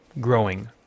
growing